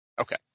okay